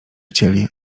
chcieli